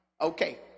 okay